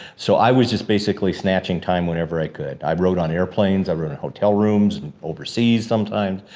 so, i was just basically snatching time whenever i could. i wrote on airplanes, i wrote on hotel rooms, overseas sometimes.